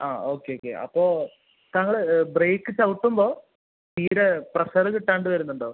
ആ okay okay അപ്പോൾ താങ്കൾ ബ്രേക്ക് ചവിട്ടുമ്പോൾ തീരെ പ്രഷറ് കിട്ടാണ്ട് വരുന്നുണ്ടോ